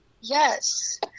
yes